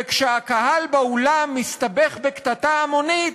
וכשהקהל באולם מסתבך בקטטה המונית,